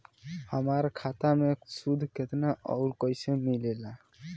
हमार खाता मे सूद केतना आउर कैसे मिलेला?